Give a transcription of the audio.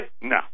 No